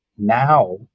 now